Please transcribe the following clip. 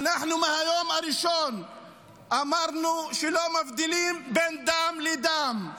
אנחנו מהיום הראשון אמרנו שלא מבדילים בין דם לדם.